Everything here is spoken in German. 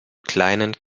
kleinen